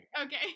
okay